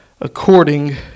According